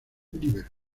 defensa